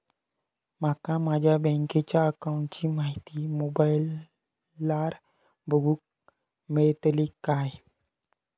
माका माझ्या बँकेच्या अकाऊंटची माहिती मोबाईलार बगुक मेळतली काय?